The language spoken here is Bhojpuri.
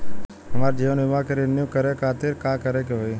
हमार जीवन बीमा के रिन्यू करे खातिर का करे के होई?